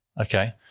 Okay